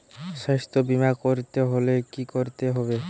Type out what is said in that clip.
স্বাস্থ্যবীমা করতে হলে কি করতে হবে?